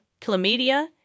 chlamydia